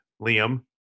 Liam